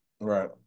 right